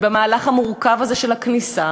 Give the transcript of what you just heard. ובמהלך המורכב הזה של כניסת